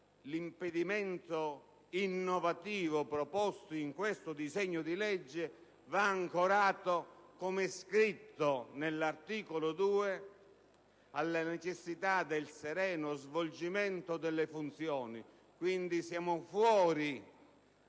cioè quello innovativo proposto in questo disegno di legge, va ancorato, come è scritto nell'articolo 2, alla necessità del sereno svolgimento delle funzioni. Quindi, siamo fuori